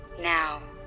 Now